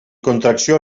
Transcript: contracció